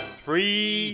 three